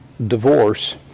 divorce